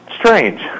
strange